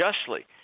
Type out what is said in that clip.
justly